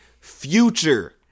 Future